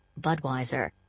Budweiser